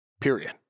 period